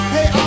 Hey